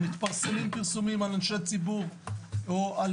מתפרסמים פרסומים על אנשי ציבור או על